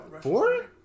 Four